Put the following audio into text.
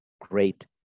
great